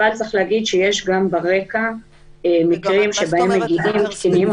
אבל צריך להגיד שיש ברקע מקרים שבהם מגיעים קטינים.